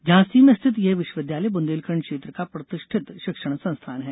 झांसी में स्थित यह विश्वविद्यालय ब्रंदेलखंड क्षेत्र का प्रतिष्ठित शिक्षण संस्थान है